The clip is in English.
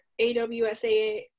AWSA